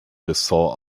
ressort